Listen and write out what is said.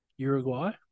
Uruguay